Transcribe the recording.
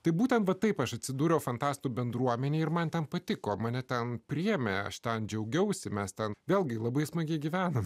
taip būtent taip aš atsidūriau fantastų bendruomenėje ir man ten patiko mane ten priėmė aš ten džiaugiausi mes ten vėlgi labai smagiai gyvename